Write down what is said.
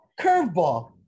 Curveball